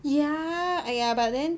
ya !aiya! but then